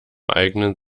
eigenen